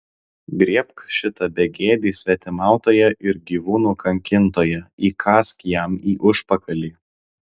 griebk šitą begėdį svetimautoją ir gyvūnų kankintoją įkąsk jam į užpakalį